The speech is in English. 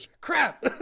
crap